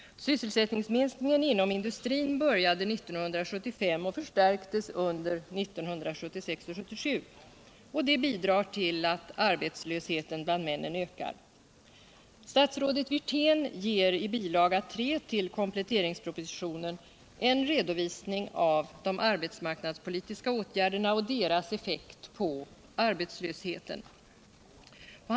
Sysselsättningsminskningen inom industrin började 1975 och förstärktes under 1976 och 1977, och det bidrar till att arbetslösheten bland männen ökar. Statsrådet Wirtén ger i bil. 3 till kompletteringspropositionen en redovisning av de arbetsmarknadspolitiska åtgärderna och deras effekt på sysselsättningen.